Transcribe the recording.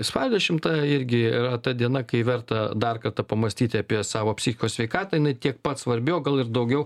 spalio dešimta irgi yra ta diena kai verta dar kartą pamąstyti apie savo psichikos sveikatą jinai tiek pat svarbi o gal ir daugiau